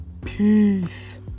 peace